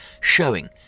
showing